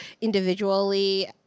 individually